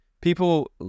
People